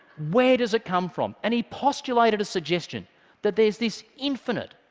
where does it come from? and he postulated a suggestion that there's this infinite,